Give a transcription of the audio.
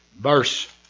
Verse